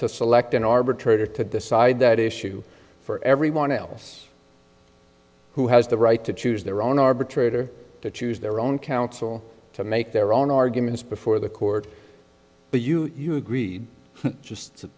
to select an arbitrator to decide that issue for everyone else who has the right to choose their own arbitrator to choose their own counsel to make their own arguments before the court but you you agreed just to